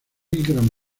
gran